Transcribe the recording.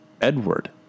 Edward